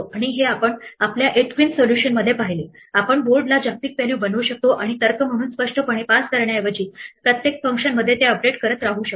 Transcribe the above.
आणि हे आपण आपल्या 8 क्वीन्स सोल्यूशनमध्ये पाहिले आपण बोर्डला जागतिक व्हॅल्यू बनवू शकतो आणि तर्क म्हणून स्पष्टपणे पास करण्याऐवजी प्रत्येक फंक्शनमध्ये ते अपडेट करत राहू शकतो